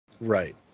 Right